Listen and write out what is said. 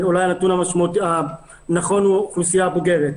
אולי הנתון הנכון הוא על האוכלוסייה הבוגרת.